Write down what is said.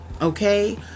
okay